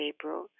April